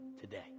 today